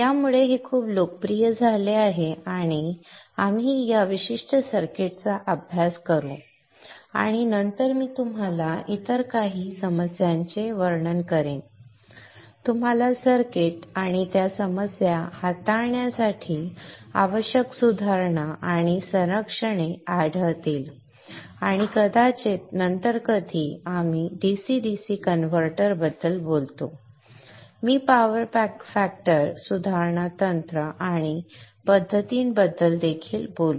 यामुळे हे खूप लोकप्रिय झाले आहे आणि आपण या विशिष्ट सर्किटचा अभ्यास करू आणि नंतर आपल्याला इतर काही समस्यांचे वर्णन करेन आपल्याला सर्किट आणि त्या समस्या हाताळण्यासाठी आवश्यक सुधारणा आणि संरक्षणे आढळतील आणि कदाचित नंतर कधी आपण dc dc कनवर्टर बद्दल बोलतो मी पॉवर फॅक्टर सुधारणा तंत्र आणि पद्धतींबद्दल देखील बोलू